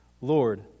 Lord